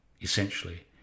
essentially